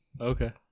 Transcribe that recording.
Okay